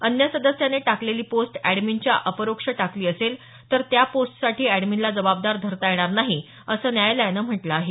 अन्य सदस्याने टाकलेली पोस्ट अॅडमिनच्या अपरोक्ष टाकली असेल तर त्या पोस्टसाठी अँडमिनला जबाबदार धरता येणार नाही असं न्ययालयानं म्हटलं आहे